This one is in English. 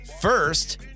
first